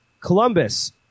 Columbus